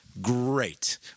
great